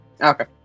Okay